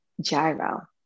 Gyro